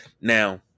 Now